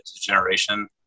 generation